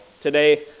today